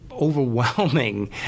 overwhelming